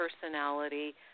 personality